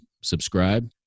Subscribe